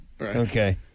Okay